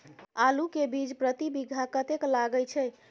आलू के बीज प्रति बीघा कतेक लागय छै?